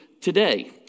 today